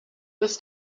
this